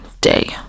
day